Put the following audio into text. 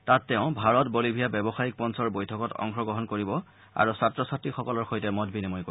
তাত তেওঁ ভাৰত বলিভিয়া ব্যৱসায়ীক মঞ্চৰ বৈঠকত অংশগ্ৰহণ কৰিব আৰু ছাত্ৰ ছাত্ৰীসকলৰ সৈতে মত বিনিময় কৰিব